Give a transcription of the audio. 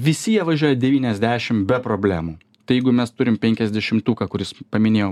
visi jie važiuoja devyniasdešim be problemų tai jeigu mes turim penkiasdešimtuką kuris paminėjau